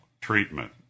treatment